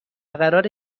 قراره